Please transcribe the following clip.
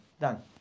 Done